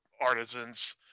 artisans